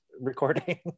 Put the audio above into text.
recording